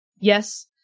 Yes